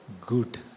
good